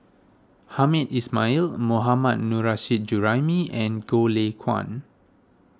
Hamed Ismail Mohammad Nurrasyid Juraimi and Goh Lay Kuan